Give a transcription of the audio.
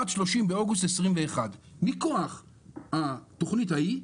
עד 30 באוגוסט 2021. מכוח התוכנית ההיא,